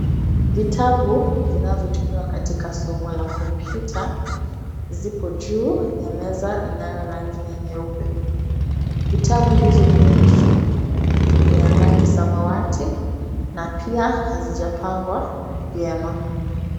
Vitabu vinavyotumiwa katika somo la kompyuta, zipo juu ya meza inayo rangi ya nyeupe. Vitabu hizo nyingi ni ya rangi samawati na pia, hazijapangwa vyema.